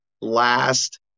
last